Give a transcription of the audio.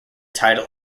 title